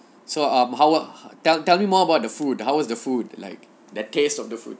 so um how about tell tell me more about the food how was the food like the taste of the food